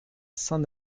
saint